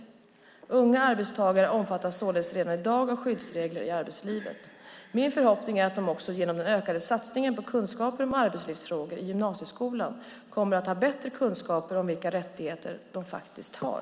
Unga arbetstagare omfattas således redan i dag av skyddsregler i arbetslivet. Min förhoppning är att de också genom den ökade satsningen på kunskaper om arbetslivsfrågor i gymnasieskolan kommer att ha bättre kunskaper om vilka rättigheter de faktiskt har.